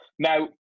Now